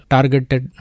Targeted